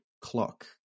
clock